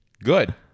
Good